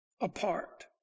apart